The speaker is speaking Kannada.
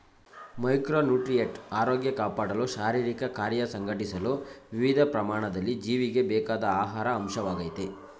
ಮೈಕ್ರೋನ್ಯೂಟ್ರಿಯಂಟ್ ಆರೋಗ್ಯ ಕಾಪಾಡಲು ಶಾರೀರಿಕಕಾರ್ಯ ಸಂಘಟಿಸಲು ವಿವಿಧ ಪ್ರಮಾಣದಲ್ಲಿ ಜೀವಿಗೆ ಬೇಕಾದ ಆಹಾರ ಅಂಶವಾಗಯ್ತೆ